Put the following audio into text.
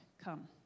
come